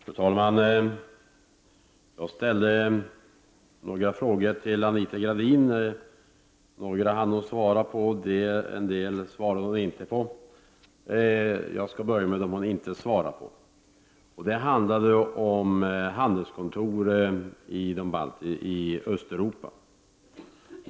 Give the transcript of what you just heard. Fru talman! Jag ställde några frågor till Anita Gradin. Några hann hon svara på, en del svarade hon inte på. Jag skall börja med dem hon inte svarade på. En fråga handlade om handelskontor i Östeuropa.